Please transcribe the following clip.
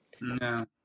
No